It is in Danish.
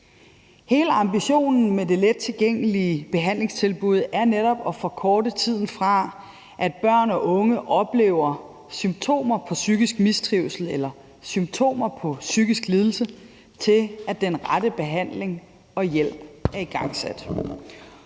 Hele ambitionen med det lettilgængelige behandlingstilbud er netop at forkorte tiden, fra at børn og unge oplever symptomer på psykisk mistrivsel eller symptomer på psykisk lidelse, til at den rette behandling og hjælp er igangsat.